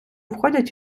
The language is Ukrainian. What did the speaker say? входять